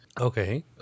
Okay